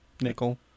Nickel